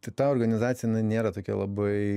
tai ta organizacija jinai nėra tokia labai